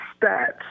stats